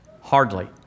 Hardly